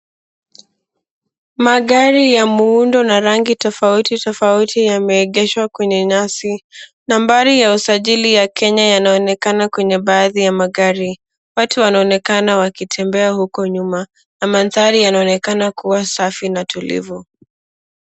Magari na muundo wa rangi tofauti tofauti yameegeshwa kwenye nyasi nambari ya usajili ya kenya yanaonekana kwenye baadhi ya magari watu wanaonekana wakitembea huko nyuma na mandhari yanaonekana kuwa safi na tulivu.